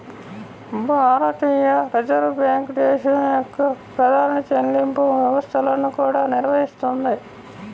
భారతీయ reserve bank దేశం యొక్క ప్రధాన చెల్లింపు వ్యవస్థలను కూడా నిర్వహిస్తుంది